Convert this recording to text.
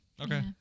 okay